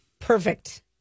perfect